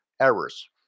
errors